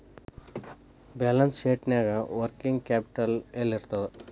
Balance ಶೇಟ್ನ್ಯಾಗ working capital ಯೆಲ್ಲಿರ್ತದ?